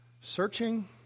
searching